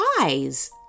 eyes